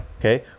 Okay